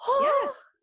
Yes